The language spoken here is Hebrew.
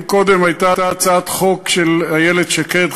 אם קודם הייתה הצעת חוק של איילת שקד,